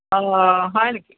অঁ হয় নেকি